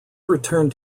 returned